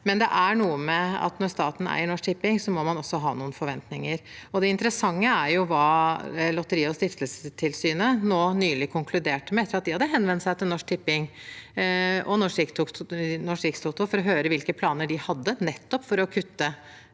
Det er likevel slik at når staten eier Norsk Tipping, må man også ha noen forventninger. Det interessante er hva Lotteri- og stiftelsestilsynet nylig konkluderte med, etter at de hadde henvendt seg til Norsk Tipping og Norsk Rikstoto for å høre hvilke planer de hadde for nettopp å kutte